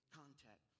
contact